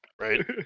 Right